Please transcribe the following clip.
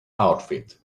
outfit